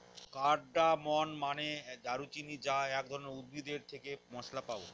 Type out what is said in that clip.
cardamom মানে দারুচিনি যা এক ধরনের উদ্ভিদ এর থেকে মসলা পাবো